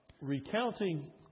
recounting